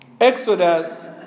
Exodus